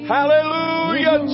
Hallelujah